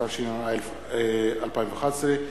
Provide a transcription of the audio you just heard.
התשע"א 2011,